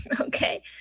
Okay